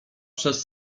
przez